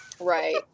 Right